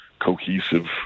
cohesive